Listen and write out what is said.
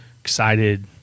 excited